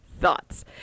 thoughts